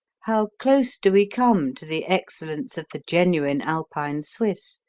how close do we come to the excellence of the genuine alpine swiss?